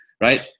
right